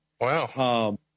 Wow